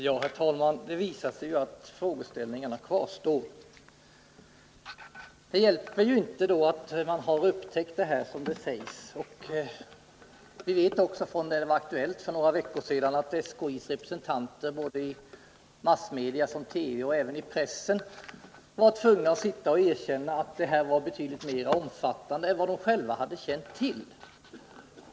Herr talman! Det visar sig att frågeställningarna kvarstår. Det hjälper inte att man som det sägs upptäckte detta. Då saken för några veckor sedan var aktuell tvingades SKI:s representanter att såväl i TV som i den övriga pressen sitta och erkänna att det här var betydligt mer omfattande än de själva hade känt till.